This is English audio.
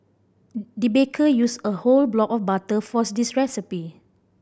the baker used a whole block of butter for this recipe